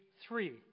three